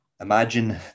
imagine